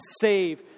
save